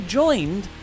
joined